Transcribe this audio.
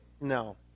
No